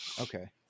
Okay